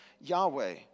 Yahweh